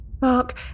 Mark